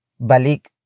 Balik